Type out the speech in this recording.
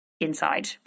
inside